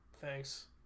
Thanks